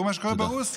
תראו מה שקורה ברוסיה,